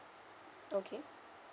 okay